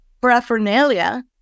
paraphernalia